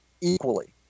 equally